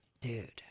Dude